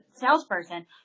salesperson